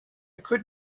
could